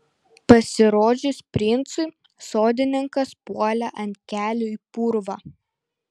pasirodžius princui sodininkas puolė ant kelių į purvą